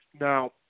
Now